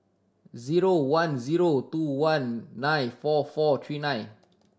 zero one zero two one nine four four three nine